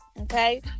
okay